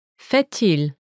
Fait-il